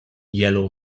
yellow